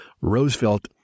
Roosevelt